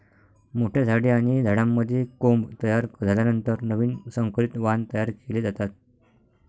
मोठ्या झाडे आणि झाडांमध्ये कोंब तयार झाल्यानंतर नवीन संकरित वाण तयार केले जातात